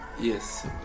Yes